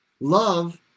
Love